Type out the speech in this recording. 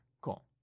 Cool